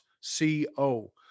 C-O